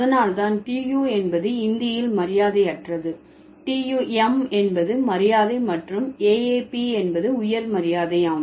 அதனால் தான் tu என்பது இந்தியில் மரியாதையற்றது tum என்பது மரியாதை மற்றும் aap என்பது உயர் மரியாதை ஆம்